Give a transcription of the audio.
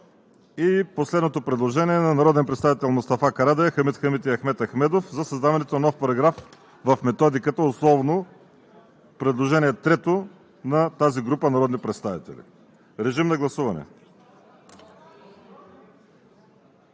И последното предложение на народните представители Мустафа Карадайъ, Хамид Хамид и Ахмед Ахмедов за създаването на нов параграф в Методиката – предложение трето на тази група народни представители. Гласували